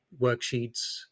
worksheets